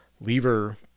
Lever